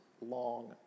long